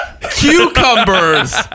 Cucumbers